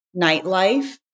nightlife